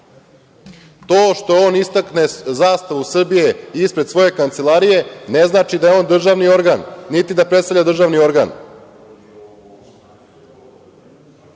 To što on istakne zastavu Srbije ispred svoje kancelarije ne znači da je on državni organ niti da predstavlja državni organ.